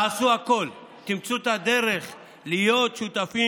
תעשו הכול, תמצאו את הדרך להיות שותפים